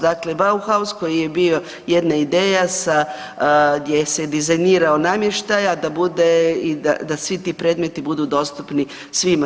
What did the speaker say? Dakle, Bauhaus koji je bio jedna ideja sa, gdje se je dizajnirao namještaj, a da bude i da svi ti predmeti budu dostupni svima.